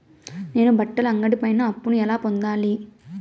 నేను బట్టల అంగడి పైన అప్పును ఎలా పొందాలి?